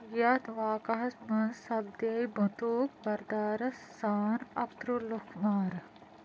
یَتھ واقعس منٛز سپدیہِ بٔنٛدوٗق بردارس سان اَکہٕ ترٛہ لُکھ مارٕ